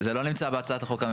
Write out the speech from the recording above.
זה לא נמצא בהצעת החוק הממשלתית.